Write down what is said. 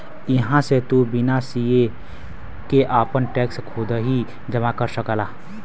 इहां से तू बिना सीए के आपन टैक्स खुदही जमा कर सकला